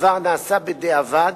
הדבר נעשה בדיעבד,